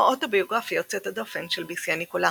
האוטוביוגרפיה יוצאת הדופן של מסייה ניקולא,